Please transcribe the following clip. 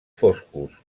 foscos